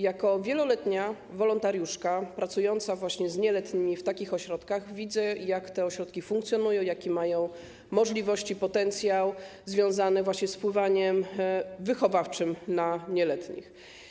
Jako wieloletnia wolontariuszka pracująca właśnie z nieletnimi w takich ośrodkach widzę, jak te ośrodki funkcjonują, jakie mają możliwości, jaki potencjał związany właśnie z wpływaniem wychowawczym na nieletnich.